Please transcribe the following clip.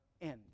end